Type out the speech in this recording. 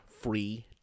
free